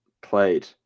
played